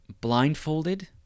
blindfolded